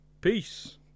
Peace